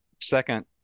second